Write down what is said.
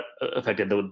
affected